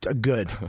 good